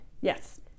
Yes